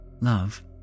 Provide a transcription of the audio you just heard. Love